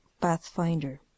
Pathfinder